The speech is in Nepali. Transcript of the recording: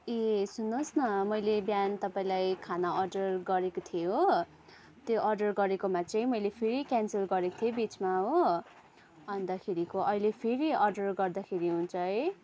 ए सुन्नुहोस् न मैले बिहान तपाईँलाई खाना अर्डर गरेको थिएँ हो त्यो अर्डर गरेकोमा चाहिँ मैले फेरि क्यान्सल गरेको थिएँ बिचमा हो अन्तखेरिको अहिले फेरि अर्डर गर्दाखेरि हुन्छ है